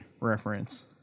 reference